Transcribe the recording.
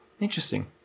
Interesting